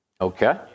Okay